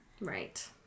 Right